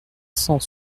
cent